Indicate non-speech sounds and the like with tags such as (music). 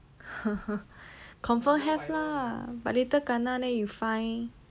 (laughs) confirm have lah but later kena then you fine